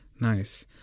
Nice